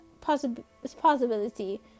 possibility